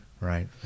Right